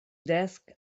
desk